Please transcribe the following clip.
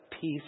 peace